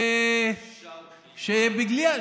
בושה וכלימה.